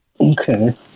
Okay